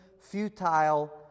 futile